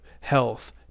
health